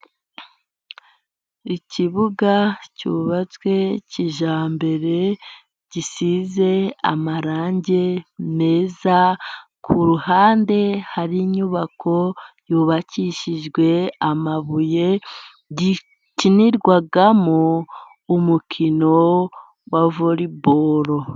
Ikibuga cyubatswe kijyambere，gisize amarange meza， ku ruhande， hari inyubako yubakishijwe amabuye， gikinirwamo umukino wa voriboro.